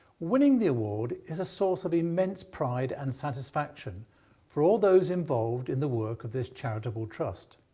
winning the award is a source of immense pride and satisfaction for all those involved in the work of this charitable trust,